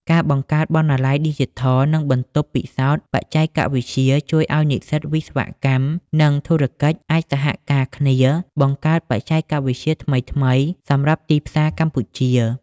ការបង្កើតបណ្ណាល័យឌីជីថល និងបន្ទប់ពិសោធន៍បច្ចេកវិទ្យា ជួយឱ្យនិស្សិតវិស្វកម្ម និងធុរកិច្ចអាចសហការគ្នាបង្កើតបច្ចេកវិទ្យាថ្មីៗសម្រាប់ទីផ្សារកម្ពុជា។